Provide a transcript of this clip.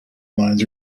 lines